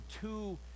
two